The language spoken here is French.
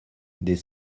des